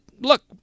look